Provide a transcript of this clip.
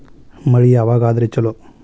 ಮಳಿ ಯಾವಾಗ ಆದರೆ ಛಲೋ?